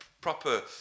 proper